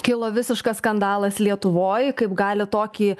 kilo visiškas skandalas lietuvoj kaip gali tokį